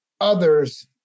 others